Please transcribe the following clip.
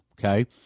okay